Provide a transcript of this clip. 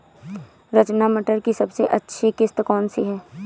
रचना मटर की सबसे अच्छी किश्त कौन सी है?